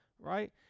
right